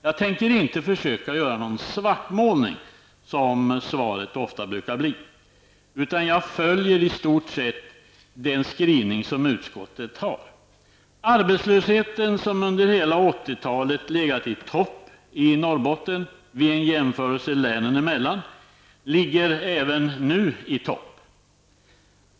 Jag tänker inte försöka göra någon svartmålning, som svaret ofta brukar bli, utan jag följer i stort sett den skrivning utskottet gjort. Arbetslösheten, som under hela 1980-talet legat i topp i Norrbotten vid en jämförelse med övriga län, ligger även nu i topp.